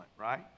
right